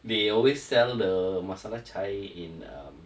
they always sell the masala chai in um